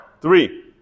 Three